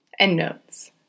Endnotes